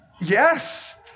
Yes